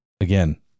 again